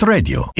Radio